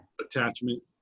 attachment